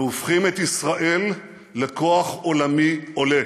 אנו הופכים את ישראל לכוח עולמי עולה.